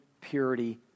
purity